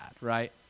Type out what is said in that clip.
right